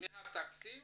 מהתקציב